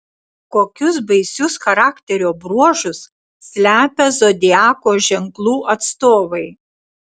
kokius baisius charakterio bruožus slepia zodiako ženklų atstovai